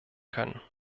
können